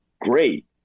great